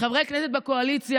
חברי כנסת בקואליציה,